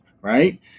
right